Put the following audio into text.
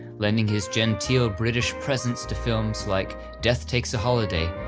lending his genteel british presence to films like death takes a holiday,